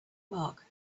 mark